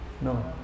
No